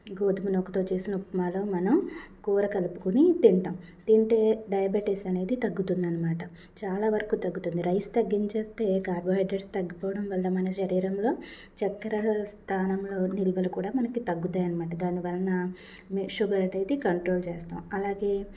గోధుమ రవ్వతో చేసిన ఉప్మాలో మనం కూర కలుపుకొని తింటాం తింటే డయాబెటిస్ అనేది తగ్గుతుంది అనమాట చాలా వరకు తగ్గుతుంది రైస్ తగ్గించేస్తే కార్బోహైడ్రేట్స్ తగ్గిపోవడం వల్ల మన శరీరంలో చక్కర స్థానంలో నిలువలు కూడా మనకి తగ్గుతాయి అనమాట దాని వలన షుగర్ అనేది కంట్రోల్ చేస్తాం అలాగే